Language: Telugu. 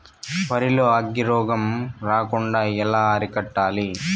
వరి లో అగ్గి రోగం రాకుండా ఎలా అరికట్టాలి?